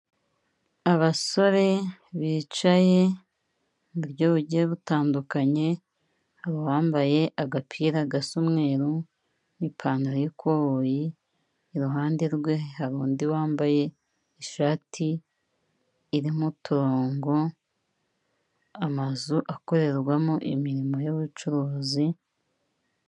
Abasore bicaye mu buryo bugiye butandukanye, hari uwambaye agapira gasa umweru n'ipantaro y'ikoboyi, iruhande rwe hari undi wambaye ishati irimo uturongo, amazu akorerwamo imirimo y'ubucuruzi.